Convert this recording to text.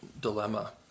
dilemma